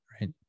right